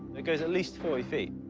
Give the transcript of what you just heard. it goes at least forty feet.